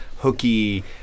hooky